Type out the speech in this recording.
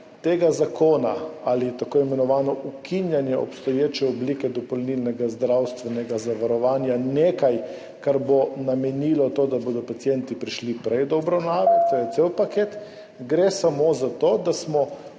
tega zakona, tako imenovano ukinjanje obstoječe oblike dopolnilnega zdravstvenega zavarovanja, nekaj, kar bo povzročilo to, da bodo pacienti prišli prej do obravnave, to je cel paket, gre samo za to, da smo